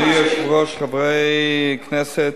אדוני היושב-ראש, חברי הכנסת,